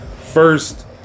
first